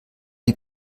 die